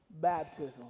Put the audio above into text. baptism